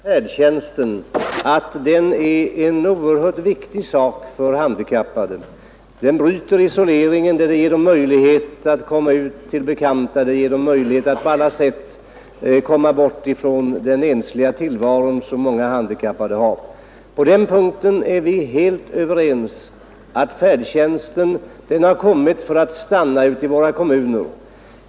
Fru talman! Vi närmar oss nu slutet på den här långa socialdebatten, och jag skall försöka att koncentrera mig. Beträffande färdtjänsten vill jag först säga att den är en oerhört viktig sak för handikappade. Den bryter isoleringen och ger dem möjlighet att komma ut till bekanta och att på olika sätt komma bort från den ensliga tillvaro som många handikappade för. Vi är helt överens på den punkten att färdtjänsten har kommit för att stanna i våra kommuner.